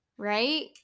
Right